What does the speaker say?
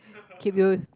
keep you